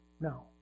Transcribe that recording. No